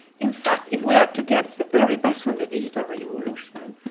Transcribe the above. in fact, if we are to get the very best from the digital revolution,